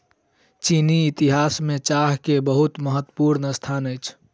चीनी इतिहास में चाह के बहुत महत्वपूर्ण स्थान अछि